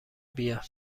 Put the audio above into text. بیا